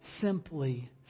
simply